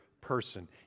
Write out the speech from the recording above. person